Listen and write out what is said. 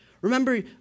Remember